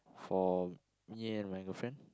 for me and my girlfriend